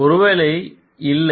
ஒருவேளை இல்லை